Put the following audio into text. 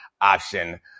option